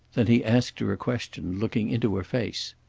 then he asked her a question looking into her face.